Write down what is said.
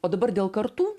o dabar dėl kartų